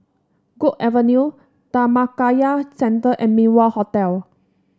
Guok Avenue Dhammakaya Centre and Min Wah Hotel